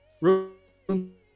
Room